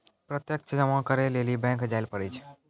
प्रत्यक्ष जमा करै लेली बैंक जायल पड़ै छै